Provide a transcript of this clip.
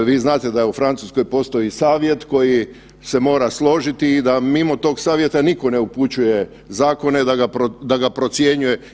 Vi znate da u Francuskoj postoji savjet koji se mora složiti i da mimo tog savjeta niko ne upućuje zakone, da ga procjenjuje.